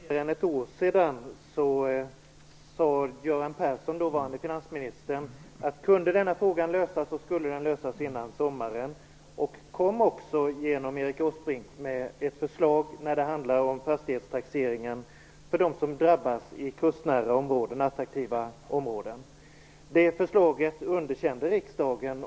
Herr talman! För något mer än ett år sedan sade den dåvarande finansministern Göran Persson att kunde denna fråga lösas så skulle den lösas före sommaren. Genom Erik Åsbrink kom regeringen också med ett förslag om fastighetstaxeringen för de som drabbas i attraktiva kustnära områden. Riksdagen underkände det förslaget.